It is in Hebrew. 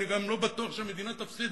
אני גם לא בטוח שהמדינה תפסיד.